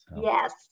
Yes